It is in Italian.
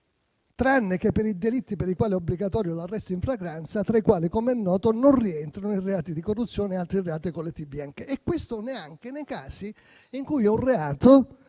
tranne che per i delitti per i quali è obbligatorio l'arresto in flagranza, tra i quali, come è noto, non rientrano i reati di corruzione e altri reati dei colletti bianchi. E questo neanche nei casi in cui un reato,